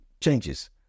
Changes